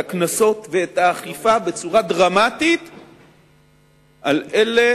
את הקנסות ואת האכיפה על אלה